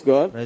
God